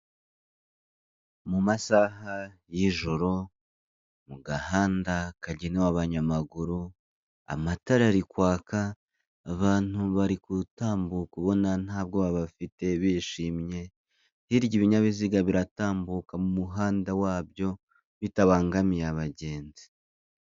Mu masaha y'ijoro, mu gahanda kagenewe abanyamaguru, amatara ari kwaka, abantu barigutambuka ubona nta bwoba bafite bishimye, hirya ibinyabiziga biratambuka mu muhanda wabyo bitabangamiye abagenzi.